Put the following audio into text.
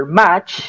match